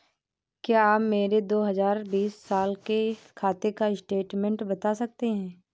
क्या आप मेरे दो हजार बीस साल के खाते का बैंक स्टेटमेंट बता सकते हैं?